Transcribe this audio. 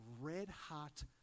red-hot